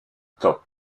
top